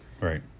Right